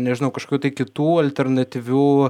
nežinau kažkokių tai kitų alternatyvių